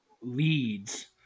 leads